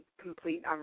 complete